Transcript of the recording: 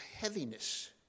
heaviness